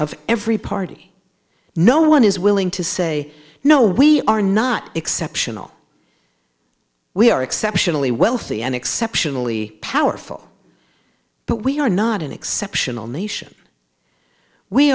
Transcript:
of every party no one is willing to say no we are not exceptional we are exceptionally wealthy and exceptionally powerful but we are not an exceptional